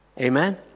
Amen